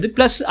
Plus